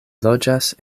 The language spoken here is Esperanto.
loĝas